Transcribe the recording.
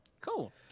cool